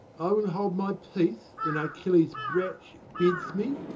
i will hold my peace when achilles' brach bids me,